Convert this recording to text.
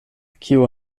kiu